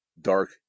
dark